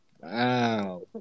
Wow